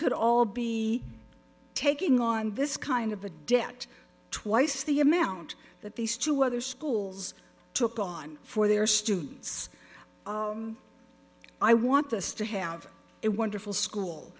could all be taking on this kind of a debt twice the amount that these two other schools took on for their students i want this to have it wonderful